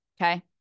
Okay